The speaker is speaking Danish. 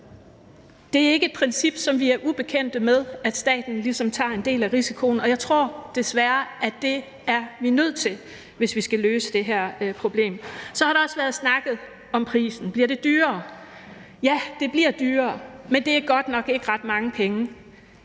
Det er ikke et princip, som vi er ubekendt med, altså at staten ligesom tager en del af risikoen, og jeg tror desværre, at vi er nødt til det, hvis vi skal løse det her problem. Så har der også været snakket om prisen. Bliver det dyrere? Ja, det bliver dyrere, men det er godt nok ikke ret mange penge.